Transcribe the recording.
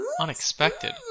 Unexpected